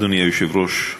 אדוני היושב-ראש,